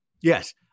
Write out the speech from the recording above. Yes